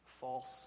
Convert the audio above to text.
false